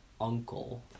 uncle